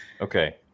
Okay